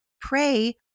pray